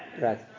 Right